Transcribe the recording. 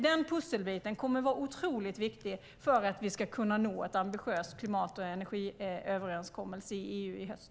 Den pusselbiten kommer att vara otroligt viktig för att vi ska kunna nå en ambitiös klimat och energiöverenskommelse i EU i höst.